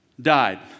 died